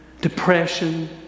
depression